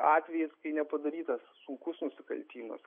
atvejais kai nepadarytas sunkus nusikaltimas